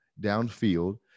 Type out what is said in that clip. downfield